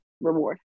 reward